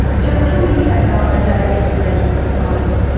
yeah um tell me about a day at the glen, for the clients.